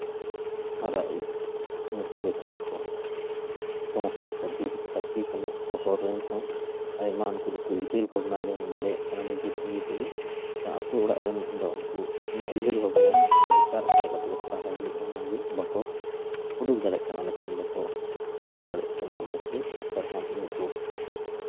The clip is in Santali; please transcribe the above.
ᱦᱟᱨᱟᱜ ᱤᱡ ᱱᱩᱠᱩ ᱵᱮᱠᱟᱨ ᱠᱚ ᱥᱚᱢᱚᱥᱥᱟ ᱠᱚ ᱫᱩᱨ ᱞᱟᱹᱠᱛᱤ ᱠᱟᱱᱟ ᱥᱚᱦᱚᱨ ᱨᱮᱱ ᱦᱚᱸ ᱟᱭᱢᱟ ᱩᱱᱠᱩ ᱫᱚᱠᱚ ᱩᱭᱦᱟᱹᱨ ᱵᱷᱟᱵᱽᱱᱟ ᱫᱟᱲᱮᱭᱜ ᱠᱟᱱᱟ ᱱᱤᱡᱮ ᱱᱤᱡᱮ ᱛᱮᱜᱮ ᱟᱹᱛᱩ ᱚᱲᱟᱜ ᱨᱮᱱ ᱫᱚ ᱩᱱᱠᱩ ᱚᱱᱟ ᱩᱭᱦᱟᱹᱨ ᱵᱷᱟᱵᱽᱱᱟ ᱵᱮᱠᱟᱨ ᱚᱠᱟ ᱞᱮᱠᱟᱛᱮ ᱥᱟᱦᱟᱭ ᱦᱩᱭᱩᱜᱼᱟ ᱚᱱᱟᱜᱮ ᱵᱟᱠᱚ ᱩᱰᱩᱠ ᱫᱟᱲᱮᱭᱟᱜ ᱠᱟᱱᱟ ᱚᱸᱰᱮ ᱠᱷᱚᱱ ᱵᱟᱠᱚ ᱩᱰᱩᱠ ᱫᱟᱲᱮᱭᱟᱜ ᱠᱟᱱᱟ ᱚᱱᱟ ᱠᱚᱜᱮ ᱥᱚᱨᱠᱟᱨ ᱦᱚᱸ ᱩᱱᱠᱩ